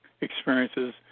experiences